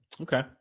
Okay